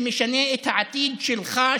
שמשנה את העתיד שלך,